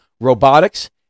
robotics